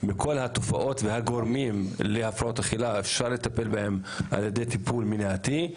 מכל התופעות והגורמים להפרעות אכילה אפשר לטפל על-ידי טיפול מניעתי,